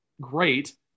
great